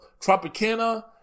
Tropicana